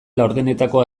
laurdenetako